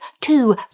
two